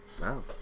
wow